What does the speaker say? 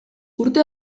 urte